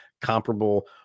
comparable